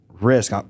risk